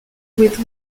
with